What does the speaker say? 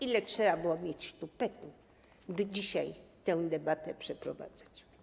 Ile trzeba było mieć tupetu, by dzisiaj tę debatę przeprowadzać?